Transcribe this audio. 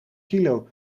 kilo